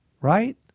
right